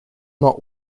not